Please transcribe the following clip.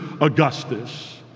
Augustus